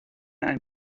ein